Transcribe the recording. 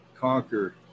conquer